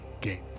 game